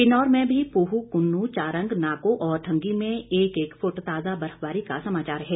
किन्नौर में भी पूह कुन्नू चारंग नाको और ठंगी में एक एक फूट ताजा बर्फबारी का समाचार है